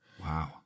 Wow